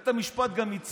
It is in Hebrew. אבל בואו נתקדם.